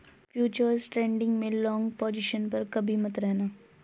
futures trading में long position पर कभी मत रहना